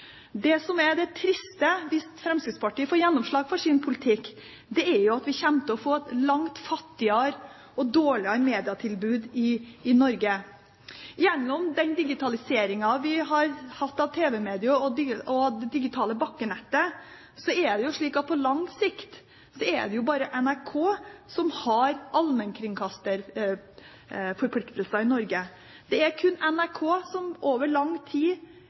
NRK. Det som er trist, hvis Fremskrittspartiet får gjennomslag for sin politikk, er at vi kommer til å få et langt fattigere og dårligere medietilbud i Norge. Gjennom den digitaliseringen vi har hatt av tv-mediet og det digitale bakkenettet, er det på lang sikt bare NRK som har allmennkringkasterforpliktelser i Norge. Det er NRK som over lang tid